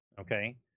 okay